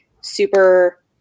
super